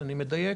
אני מדייק?